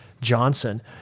Johnson